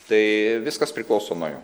tai viskas priklauso nuo jo